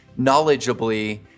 knowledgeably